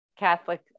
Catholic